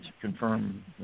confirm